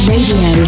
Radio